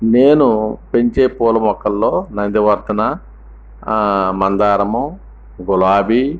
నేను పెంచే పూలమొక్కల్లో నందివర్ధన మందారము గులాబీ